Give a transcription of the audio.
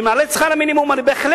ואם נעלה את שכר המינימום אני בהחלט